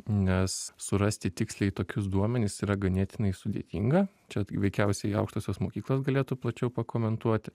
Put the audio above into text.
nes surasti tiksliai tokius duomenis yra ganėtinai sudėtinga tad veikiausiai aukštosios mokyklos galėtų plačiau pakomentuot